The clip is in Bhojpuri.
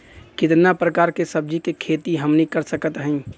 कितना प्रकार के सब्जी के खेती हमनी कर सकत हई?